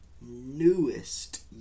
newest